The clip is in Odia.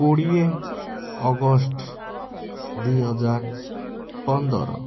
କୋଡ଼ିଏ ଅଗଷ୍ଟ ଦୁଇହଜାର ପନ୍ଦର